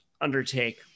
undertake